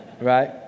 right